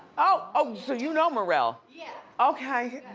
oh, so you know merrell? yeah. okay.